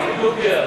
נתקבלה.